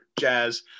jazz